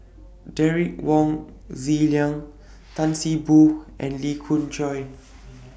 Derek Wong Zi Liang Tan See Boo and Lee Khoon Choy